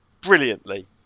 brilliantly